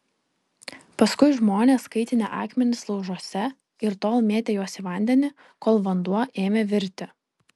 paskui žmonės kaitinę akmenis laužuose ir tol mėtę juos į vandenį kol vanduo ėmė virti